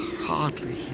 Hardly